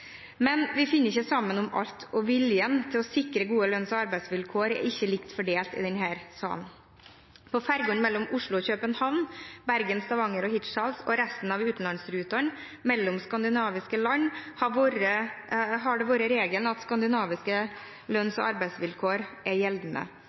Men vi finner ikke sammen om alt, og viljen til å sikre gode lønns- og arbeidsvilkår er ikke likt fordelt i denne salen. På fergene mellom Oslo og København, Bergen, Stavanger og Hirtshals og resten av utenlandsrutene mellom de skandinaviske landene har det vært regelen at skandinaviske